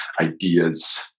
ideas